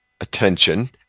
attention